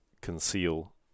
conceal